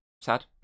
sad